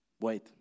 wait